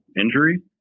injury